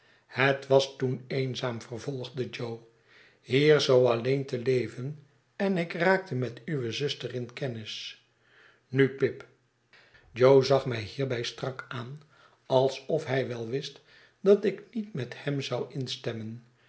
het was toen eenzaam vervolgde jo hier zoo alleen te leven en ik raakte met uwe zuster in kennis nu pip jo zag mij hierbij strak aan alsof hij wel wist dat ik niet met hem zou instemmen